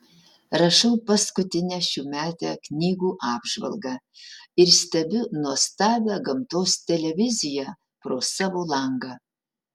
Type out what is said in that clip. rašau paskutinę šiųmetę knygų apžvalgą ir stebiu nuostabią gamtos televiziją pro savo langą